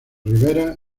rivera